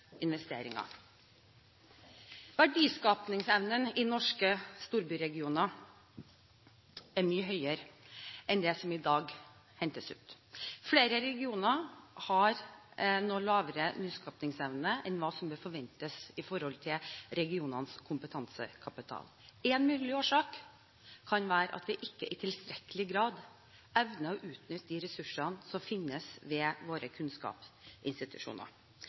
Verdiskapingsevnen i norske storbyregioner er mye høyere enn det som i dag hentes ut. Flere regioner har nå lavere nyskapingsevne enn hva som bør forventes i forhold til regionenes kompetansekapital. Én mulig årsak kan være at vi ikke i tilstrekkelig grad evner å utnytte de ressursene som finnes ved våre kunnskapsinstitusjoner.